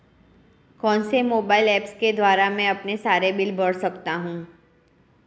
कौनसे mobile apps के द्वारा मैं अपने सारे बिल भर सकता हूं?